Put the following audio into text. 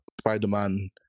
Spider-Man